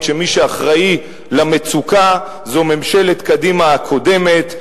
שמי שאחראי למצוקה זו ממשלת קדימה הקודמת,